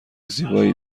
زیبایی